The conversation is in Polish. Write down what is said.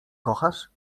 kochasz